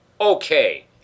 okay